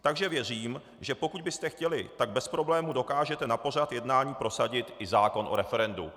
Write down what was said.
Takže věřím, že pokud byste chtěli, tak bez problému dokážete na pořad jednání prosadit i zákon o referendu.